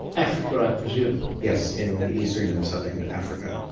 africa, i presume. yes, in eastern and southern africa.